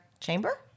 chamber